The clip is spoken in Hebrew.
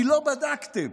כי אנשים כמוך, כי לא בדקתם.